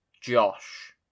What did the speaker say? Josh